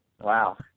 wow